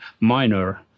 minor